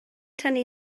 tynnu